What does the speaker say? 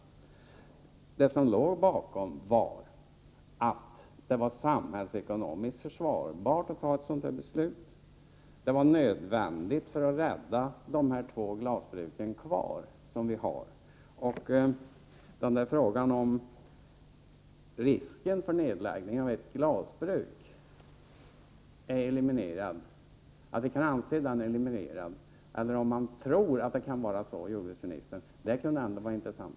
Bakom förslaget låg tanken att det var samhällsekonomiskt försvarbart att fatta ett sådant här beslut, eftersom det var nödvändigt för att rädda de två glasbruk som vi har kvar. Frågan är om vi kan anse att risken för nedläggning av ett glasbruk är eliminerad. Det skulle vara intressant att höra jordbruksministerns uppfattning.